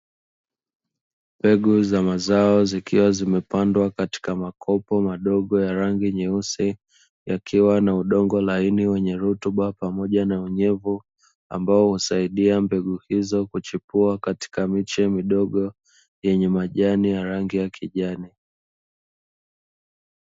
Mbegu za mazao zikiwa zimepandwa katika makopo madogo ya rangi nyeusi, yakiwa na udongo laini wenye rutuba pamoja na unyevu ambao husaidia mbegu hizo kuchipua katika miche midogo yenye majani ya rangi ya kijani.